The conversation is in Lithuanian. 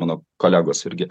mano kolegos irgi